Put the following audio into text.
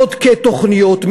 בודקי תוכניות,